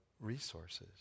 resources